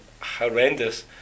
horrendous